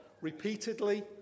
Repeatedly